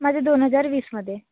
माझं दोन हजार वीसमध्ये